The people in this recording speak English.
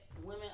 women